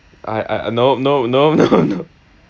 I I no no no no no